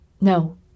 No